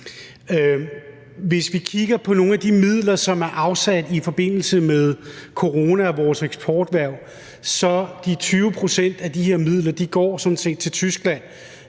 Hvis vi kigger på nogle af de midler, som er afsat i forbindelse med corona og vores eksporterhverv, så går 20 pct. af de her midler sådan